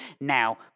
Now